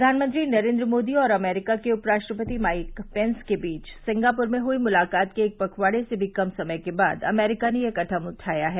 प्रधानमंत्री नरेन्द्र मोदी और अमेरिका के उप राष्ट्रपति माइस पेंस के बीच सिंगापुर में हई मुलाकात के एक पखवाड़े से भी कम समय के बाद अमेरिका ने यह कदम उठाया है